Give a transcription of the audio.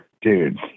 dude